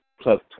plus